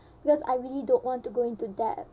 because I really don't want to go into debt